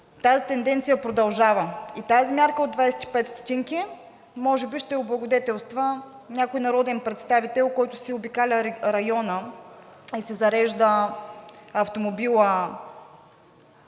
тази тенденция продължава. Тази мярка от 25 стотинки може би ще облагодетелства някой народен представител, който си обикаля района и си зарежда автомобила